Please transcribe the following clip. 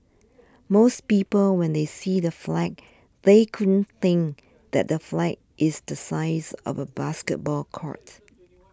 most people when they see the flag they couldn't think that the flag is the size of a basketball court